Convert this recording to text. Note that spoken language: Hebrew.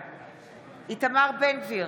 בעד איתמר בן גביר,